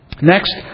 Next